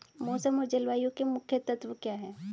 मौसम और जलवायु के मुख्य तत्व क्या हैं?